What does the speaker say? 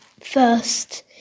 first